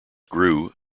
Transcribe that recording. grew